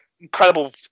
incredible